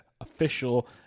official